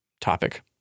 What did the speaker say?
topic